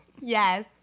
Yes